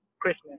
Christmas